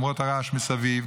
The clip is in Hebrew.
למרות הרעש מסביב.